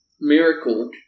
Miracle